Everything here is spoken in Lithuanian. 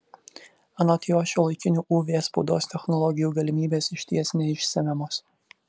anot jo šiuolaikinių uv spaudos technologijų galimybės išties neišsemiamos